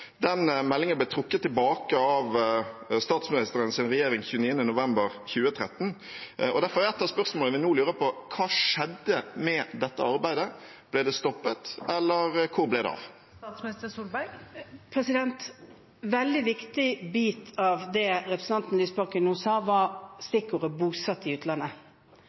meldingen ble trukket tilbake av statsministerens regjering 29. november 2013. Derfor er et av spørsmålene vi nå lurer på: Hva skjedde med dette arbeidet? Ble det stoppet, eller hvor ble det av? En veldig viktig bit av det representanten Lysbakken nå sa, var stikkordene «bosatt i utlandet». Det å være bosatt i utlandet